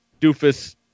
doofus